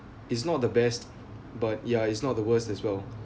it's not the best but ya is not the worst as well